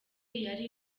yari